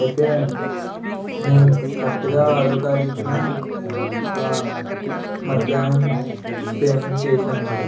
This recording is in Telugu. అయితే నేను కరెక్ట్గా ఆరవ తారీఖున మధ్యాహ్నము పేమెంట్ చేశానండి